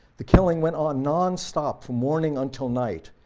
the killing went on nonstop from morning until night,